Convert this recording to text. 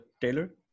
Taylor